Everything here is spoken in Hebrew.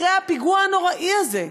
אחרי הפיגוע הנורא הזה.